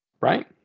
right